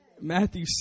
Matthew